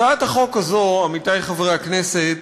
הצעת החוק הזאת, עמיתי חברי הכנסת,